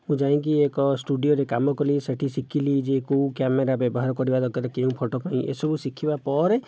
ମୁଁ ଯାଇଁକି ଏକ ଷ୍ଟୂଡିଓରେ କାମ କଲି ସେଠି ଶିଖିଲି ଯେ କେଉଁ କ୍ୟାମେରା ବ୍ୟବହାର କରିବା ଦରକାର କେଉଁ ଫଟୋ ପାଇଁ ଏସବୁ ଶିଖିବା ପରେ